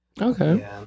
okay